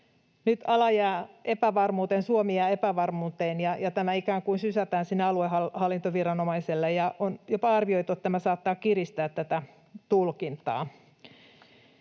Suomi jää epävarmuuteen, ja tämä ikään kuin sysätään sinne aluehallintoviranomaiselle. On jopa arvioitu, että tämä saattaa kiristää tulkintaa.